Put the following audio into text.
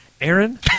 Aaron